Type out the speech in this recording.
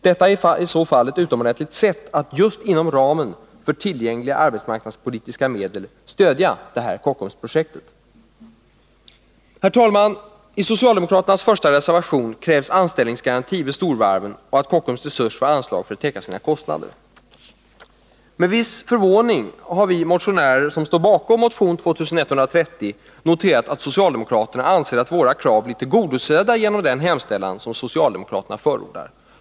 Detta är i så fall ett utomordentligt sätt att just inom ramen för tillgängliga arbetsmark nadspolitiska medel stödja detta Kockumsprojekt. Herr talman! I socialdemokraternas första reservation krävs anställningsgaranti vid storvarven och att Kockum Resurs får anslag för att täcka sina kostnader. Med viss förvåning har vi som står bakom motion 2130 noterat att socialdemokraterna anser att våra krav blir tillgodosedda genom den hemställan som socialdemokraterna förordar.